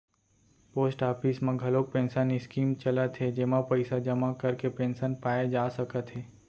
post office म घलोक pension scheme चलत हे जेमा पइसा जमा करके पेंसन पाए जा सकत हे